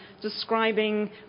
describing